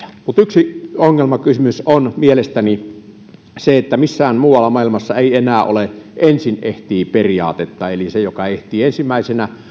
yksi ongelmakysymys on mielestäni se että missään muualla maailmassa ei enää ole ensin ehtii periaatetta eli että se joka ehtii ensimmäisenä